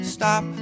Stop